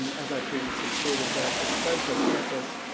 and as i previously stated, the the bethesda campus,